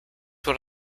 what